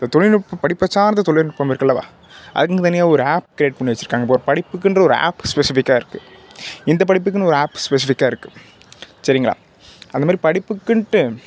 இந்தத் தொழில்நுட்பம் படிப்பை சார்ந்த தொழில்நுட்பம் இருக்குது அல்லவா அதுக்குன்னு தனியாக ஒரு ஆப் கிரியேட் பண்ணி வச்சுருக்காங்க இப்போ படிப்புக்குன்ற ஒரு ஆப் ஸ்பெசிபிக்காக இருக்குது இந்தப் படிப்புக்குன்னு ஒரு ஆப் ஸ்பெசிபிக்காக இருக்குது சரிங்களா அந்த மாதிரி படிப்புக்குனுட்டு